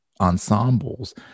ensembles